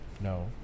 No